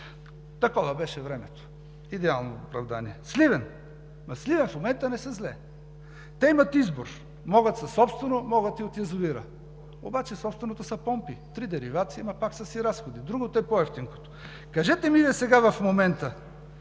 „Такова беше времето.“ – идеално оправдание. Сливен. Ама в Сливен в момента не са зле. Те имат избор. Могат със собствено, могат и от язовира, обаче собственото са помпи – три деривации, но пак са си разходи. Другото е по евтинкото. Кажете ми сега, в момента,